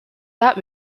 that